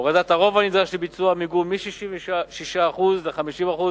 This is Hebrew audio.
הורדת הרוב הנדרש לביצוע המיגון מ-66% ל-50%,